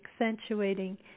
accentuating